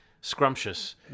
scrumptious